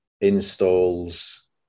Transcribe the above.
installs